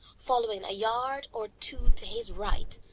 following a yard or two to his right,